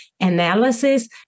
analysis